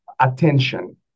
attention